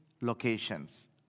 locations